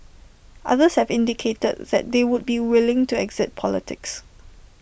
others have indicated that they would be willing to exit politics